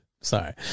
sorry